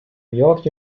york